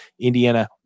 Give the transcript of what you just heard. Indiana